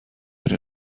این